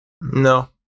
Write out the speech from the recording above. No